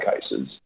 cases